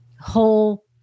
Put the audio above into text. whole